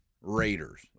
Raiders